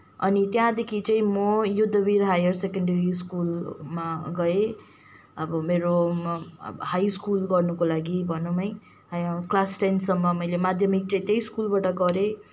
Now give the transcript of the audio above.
अनि त्यहाँदेखि चाहिँ म युद्धवीर हायर सेकेन्ड्री स्कुलमा गएँ अब मेरो हाइ स्कुल गर्नको लागि भनौँ है क्लास टेनसम्म मैले माध्यामिक चाहिँ त्यही स्कुलबाट गरेँ